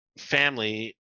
family